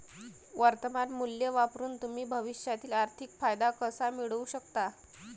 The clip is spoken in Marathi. वर्तमान मूल्य वापरून तुम्ही भविष्यातील आर्थिक फायदा कसा मिळवू शकता?